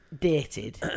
dated